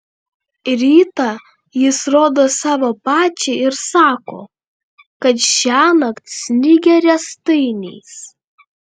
rytą jis rodo savo pačiai ir sako kad šiąnakt snigę riestainiais